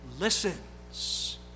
listens